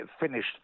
finished